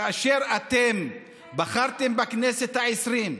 כאשר אתם בחרתם בכנסת העשרים,